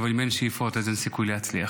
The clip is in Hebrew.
אבל אם אין שאיפות אז אין סיכוי להצליח.